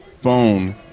phone